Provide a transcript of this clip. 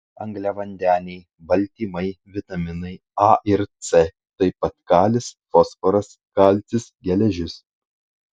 angliavandeniai baltymai vitaminai a ir c taip pat kalis fosforas kalcis geležis